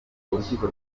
urukiko